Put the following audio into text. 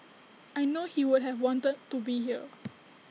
I know he would have wanted to be here